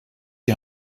die